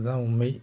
அதுதான் உண்மை